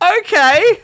Okay